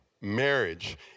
Marriage